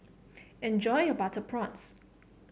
enjoy your Butter Prawns